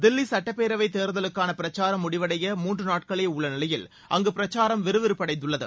தில்லி சுட்டப்பேரவை தேர்தலுக்கான பிரக்சாரம் முடிவடைய மூன்று நாட்களே உள்ள நிலையில் அங்கு பிரச்சாரம் விறுவிறுப்பு அடைந்துள்ளது